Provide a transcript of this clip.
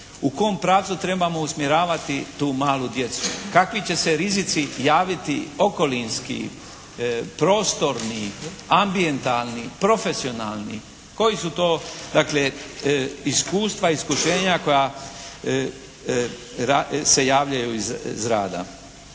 U kom pravcu trebamo usmjeravati tu malu djecu? Kakvi će se rizici javiti okolinski, prostorni, ambijentalni, profesionalni? Koji su to dakle iskustva, iskušenja koja se javljaju iz rada?